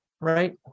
Right